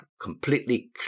completely